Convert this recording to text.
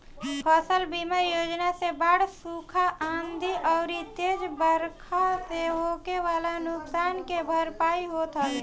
फसल बीमा योजना से बाढ़, सुखा, आंधी अउरी तेज बरखा से होखे वाला नुकसान के भरपाई होत हवे